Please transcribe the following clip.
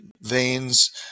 veins